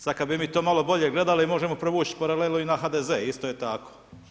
Sada kada bi mi to malo bolje gledali, možemo povući paralelu i na HDZ-e isto je tako.